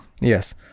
Yes